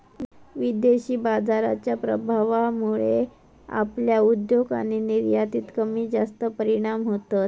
विदेशी बाजाराच्या प्रभावामुळे आपल्या उद्योग आणि निर्यातीत कमीजास्त परिणाम होतत